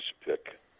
pick